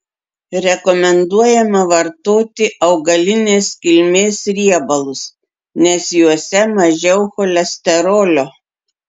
rekomenduojama vartoti augalinės kilmės riebalus nes juose mažiau cholesterolio